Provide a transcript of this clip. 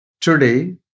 Today